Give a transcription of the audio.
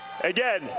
Again